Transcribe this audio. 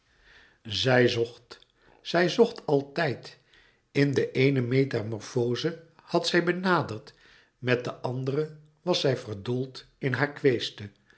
zij zocht zij zocht altijd in de eene metamorfoze had zij benaderd met de andere was zij verdoold in haar queste